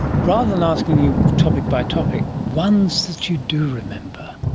rather than asking you topic by topic ones that you do remember?